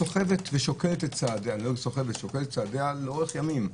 סוחבת ושוקלת את צעדיה לאורך ימים.